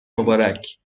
مبارک